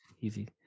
easy